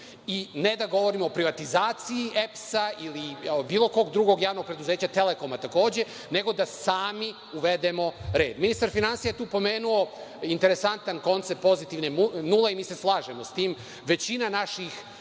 i ne da govorimo o privatizaciji EPS-a ili bilo kog drugog javnog preduzeća, „Telekoma“ takođe, nego da sami uvedemo red. Ministar finansija je tu pomenuo interesantan koncept pozitivne nule i mi se slažemo sa tim. Većina naših